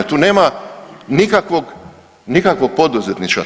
Tu nema nikakvog poduzetništva.